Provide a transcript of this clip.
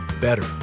better